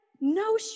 no